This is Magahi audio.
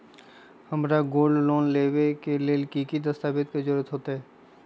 हमरा गोल्ड लोन लेबे के लेल कि कि दस्ताबेज के जरूरत होयेत?